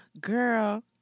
Girl